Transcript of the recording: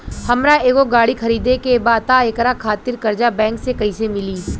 हमरा एगो गाड़ी खरीदे के बा त एकरा खातिर कर्जा बैंक से कईसे मिली?